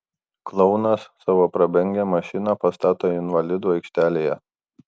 klounas savo prabangią mašiną pastato invalidų aikštelėje